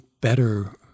better